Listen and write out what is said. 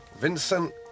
Vincent